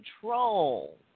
control